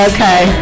Okay